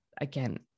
again